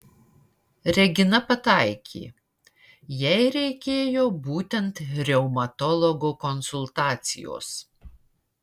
regina pataikė jai reikėjo būtent reumatologo konsultacijos